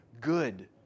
good